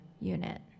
unit